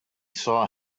saw